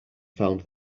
found